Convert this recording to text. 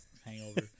hangover